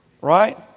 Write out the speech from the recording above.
Right